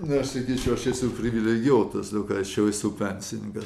ne aš sakyčiau aš esu privilegijuotas todėl kad aš jau esu pensininkas